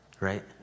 right